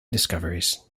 discoveries